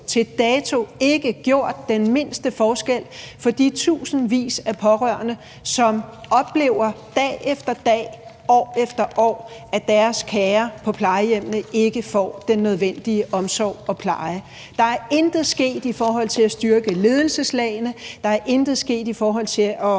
til dato! – ikke gjort den mindste forskel for de tusindvis af pårørende, som dag efter dag, år efter år oplever, at deres kære på plejehjemmene ikke får den nødvendige omsorg og pleje. Der er intet sket i forhold til at styrke ledelseslagene. Der er intet sket i forhold til at